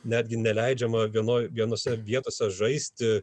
netgi neleidžiama vienoj vienose vietose žaisti